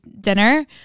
dinner